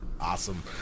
Awesome